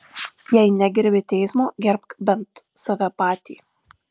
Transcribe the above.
jei negerbi teismo gerbk bent save patį